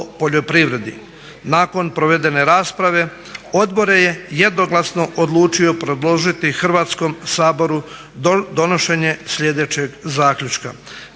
Nakon provedene rasprave odbor je jednoglasno odlučio predložiti Hrvatskom saboru donošenje sljedećeg zaključka: